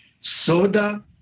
Soda